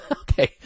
Okay